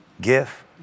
gift